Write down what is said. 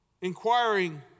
inquiring